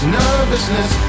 nervousness